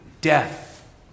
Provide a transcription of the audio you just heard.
death